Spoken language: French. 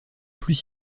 plus